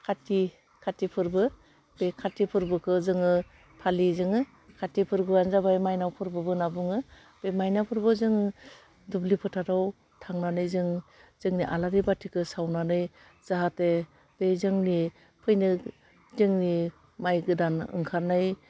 खाथि खाथि फोरबो बे खाथि फोरबोखो जोङो फालियो जोङो खाथि फोरबोआनो जाबाय मायनाव फोरबोबो होन्नानै बुङो बे मायना फोरबो जों दुब्लि फोथाराव थांनानै जों जोंनि आलारि बाथिखो सावनानै जाहाथे बे जोंनि फैनो जोंनि माय गोदान ओंखारनाय